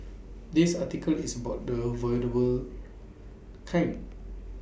this article is about the avoidable kind